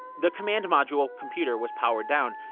the command module computer was powered down.